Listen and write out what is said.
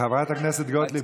חברת הכנסת גוטליב,